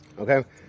okay